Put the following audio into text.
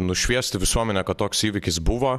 nušviesti visuomenę kad toks įvykis buvo